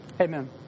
Amen